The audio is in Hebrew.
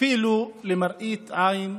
אפילו למראית עין,